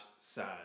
sad